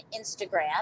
instagram